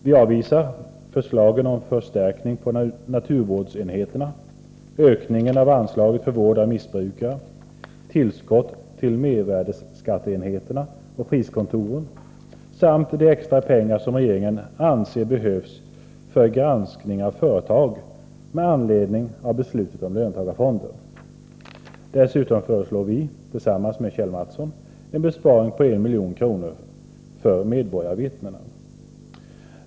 Vi avvisar förslagen om förstärkningar på naturvårdsenheterna, ökningen av anslaget för vård av missbrukare, tillskott till mervärdeskatteenheterna och priskontoren samt de extra pengar som regeringen anser behövs för granskning av företag med anledning av beslutet om löntagarfonder. Dessutom föreslår vi, tillsammans med Kjell Mattsson, en besparing på 1 milj.kr. för medborgarvittnena.